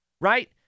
Right